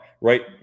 right